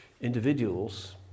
individuals